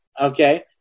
okay